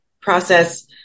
process